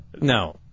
No